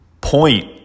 point